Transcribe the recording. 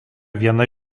viena